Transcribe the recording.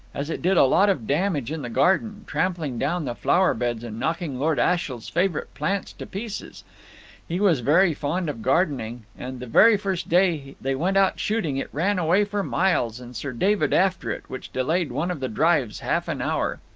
as it did a lot of damage in the garden, trampling down the flower-beds, and knocking lord ashiel's favourite plants to pieces he was very fond of gardening and the very first day they went out shooting it ran away for miles, and sir david after it, which delayed one of the drives half an hour.